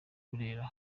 kumvira